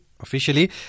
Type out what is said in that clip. officially